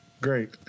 Great